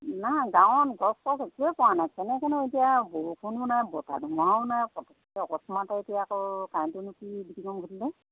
নাই গাঁৱত গছ চছ একোৱে পৰা নাই কেনেকৈনো এতিয়া বৰষুণো নাই বতাহ ধুমুহাও নাই পটককৈ অকস্মাতে এতিয়া আকৌ কাৰেণ্টো নো কি বিজুতিখন ঘটিলে